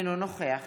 אינו נוכח